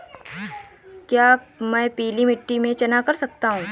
क्या मैं पीली मिट्टी में चना कर सकता हूँ?